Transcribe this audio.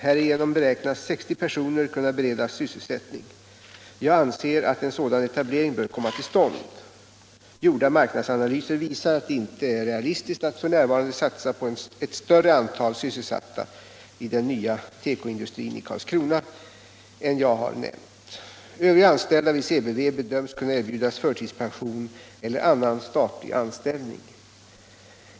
Härigenom beräknas 60 personer kunna beredas sysselsättning. Jag anser att en sådan etablering bör komma till stånd. Gjorda marknadsanalyser visar att det inte är realistiskt att f.n. satsa på ett större antal sysselsatta i den nya tekoindustrin i Karlskrona än jag har nämnt. Övriga anställda vid CBV bedöms kunna erbjudas förtidspension eller annan statlig anställning.